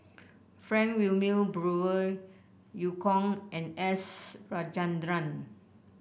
Frank Wilmin Brewer Eu Kong and S Rajendran